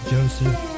Joseph